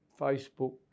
Facebook